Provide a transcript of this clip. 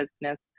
business